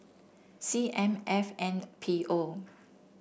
C M F N P O